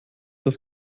das